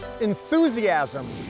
Enthusiasm